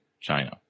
China